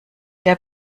der